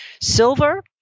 Silver